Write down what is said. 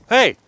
Hey